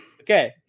Okay